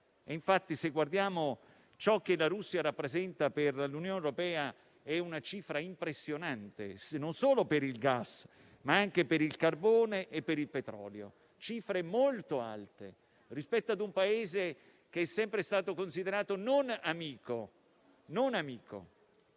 infatti, se guardiamo ciò che la Russia rappresenta per l'Unione europea, è una cifra impressionante, non solo per il gas, ma anche per il carbone e per il petrolio: cifre molto alte rispetto ad un Paese che è sempre stato considerato non amico.